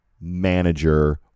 manager